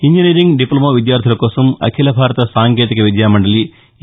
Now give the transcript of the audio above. engineering diploma విద్యార్లుల కోసం అఖిల భారత సాంకేతిక విద్యామండలి ఏ